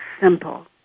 simple